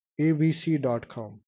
abc.com